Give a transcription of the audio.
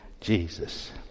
Jesus